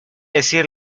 decir